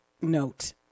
note